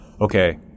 okay